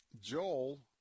Joel